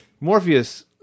Morpheus